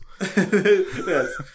Yes